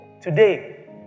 today